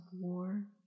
war